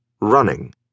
running